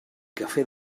café